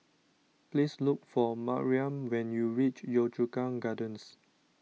please look for Mariam when you reach Yio Chu Kang Gardens